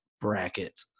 Bracket